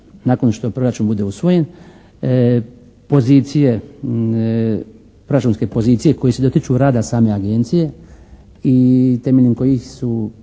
nakon što proračun bude usvojen pozicije, proračunske pozicije koje se dotiču rada same Agencije i temeljem kojih su